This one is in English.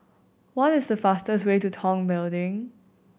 what is the fastest way to Tong Building